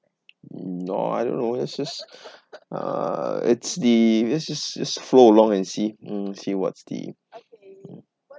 no I don't know let's just uh it's the just just flow along and see mm see what's the